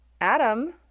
Adam